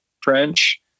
French